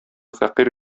фәкыйрь